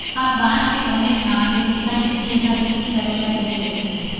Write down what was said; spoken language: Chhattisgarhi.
अब बांस के बनेच मांग हे तेखर सेती एखर खेती करे ल धर ले हे